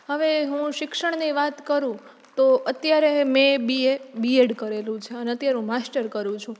હવે હું શિક્ષણની વાત કરું તો અત્યારે મેં બીએ બીએડ કરેલું છે અને અત્યારે હું માસ્ટર કરું છું